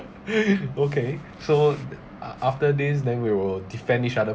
okay so d~ uh after this then we will defend each other